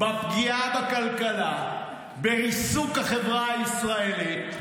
בפגיעה בכלכלה, בריסוק החברה הישראלית.